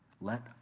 Let